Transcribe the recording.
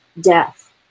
death